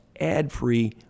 ad-free